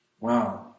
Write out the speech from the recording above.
Wow